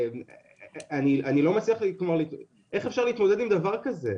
איך אפשר להתמודד עם דבר כזה?